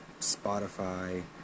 Spotify